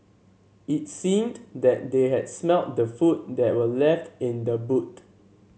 it seemed that they had smelt the food that were left in the boot